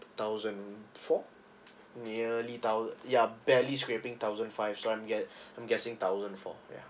thousand four nearly thou~ ya barely scraping thousand five so I'm gue~ I'm guessing thousand four yeah